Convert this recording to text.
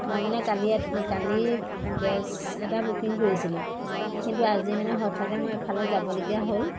মই মানে কালি কালি গেছ এটা বুকিং কৰিছিলোঁ কিন্তু আজি মানে হঠাতে মই এফালে যাবলগীয়া হ'ল